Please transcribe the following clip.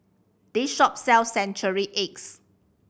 this shop sells century eggs